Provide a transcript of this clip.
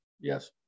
Yes